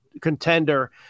contender